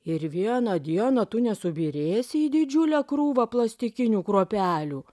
ir vieną dieną tu nesubyrėsi į didžiulę krūvą plastikinių kruopelių